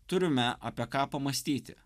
turime apie ką pamąstyti